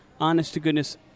honest-to-goodness